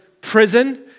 prison